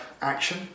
action